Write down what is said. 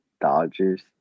Dodgers